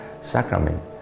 sacrament